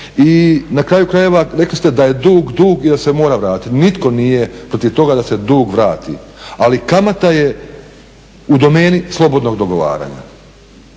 I na kraju krajeva rekli ste da je dug, dug jer se mora vratiti. Nitko nije protiv toga da se dug vrati, ali kamata je u domeni slobodnog dogovaranja.